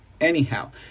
Anyhow